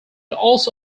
also